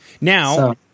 Now